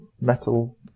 metal